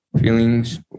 feelings